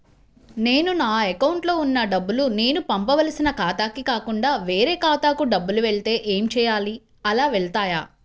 నేను నా అకౌంట్లో వున్న డబ్బులు నేను పంపవలసిన ఖాతాకి కాకుండా వేరే ఖాతాకు డబ్బులు వెళ్తే ఏంచేయాలి? అలా వెళ్తాయా?